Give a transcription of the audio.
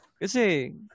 Kasi